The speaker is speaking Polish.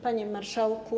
Panie Marszałku!